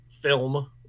film